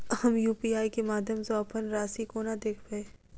हम यु.पी.आई केँ माध्यम सँ अप्पन राशि कोना देखबै?